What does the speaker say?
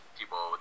people